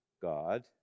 God